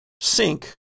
sink